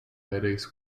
headaches